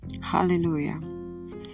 hallelujah